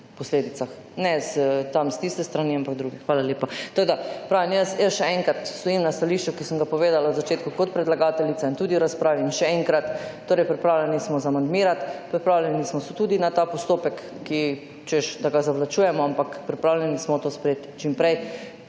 posledicah, ne tam s tiste strani, ampak druge. Hvala lepa. Tako da, pravim jaz še enkrat, stojim na stališču, ki sem ga povedala na začetku kot predlagateljica in tudi v razpravi in še enkrat, torej pripravljeni smo zamandmirati, pripravljeni smo se tudi na ta postopek, ki češ, da ga zavlačujemo, ampak pripravljeni smo to sprejeti čim prej,